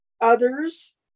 others